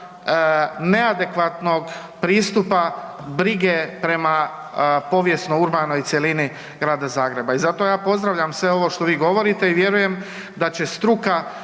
neadekvatnog pristupa brige prema povijesno urbanoj cjelini Grada Zagreba. I zato ja pozdravljam sve ovo što vi govorite i vjerujem da će struka